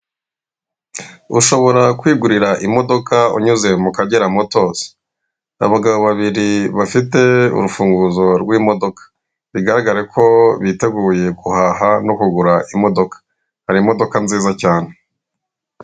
Ushobora kwigurira imodoka unyuze mu kagera motozi abagabo babiri bafite urufunguzo rw'imodoka bigaragare ko biteguye guhaha no kugura imodoka, hari imodoka nziza cyane.